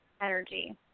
energy